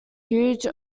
huge